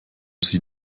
sie